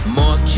more